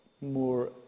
more